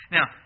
Now